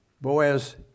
Boaz